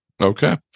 Okay